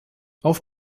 auf